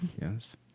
yes